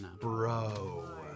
Bro